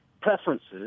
preferences